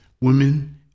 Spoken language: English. women